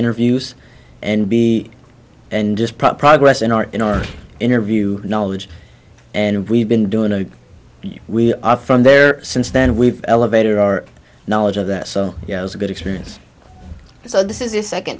interviews and be and just progress in our in our interview knowledge and we've been doing it we are from there since then we've elevated our knowledge of that so you know it's a good experience so this is the second